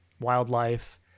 wildlife